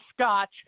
scotch